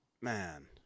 man